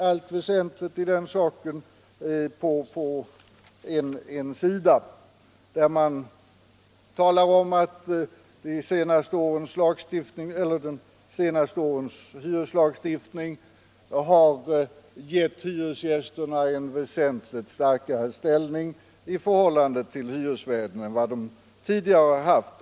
Allt väsentligt i frågan sägs på en sida, där man talar om att de senaste årens reformer inom hyreslagstiftningen har givit hyresgästerna en väsentligt starkare ställning i förhållande till hyresvärden än vad de tidigare har haft.